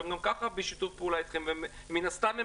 שהן גם ככה בשיתוף פעולה אתכם ומן הסתם,